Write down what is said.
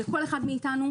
לכל אחד מאתנו,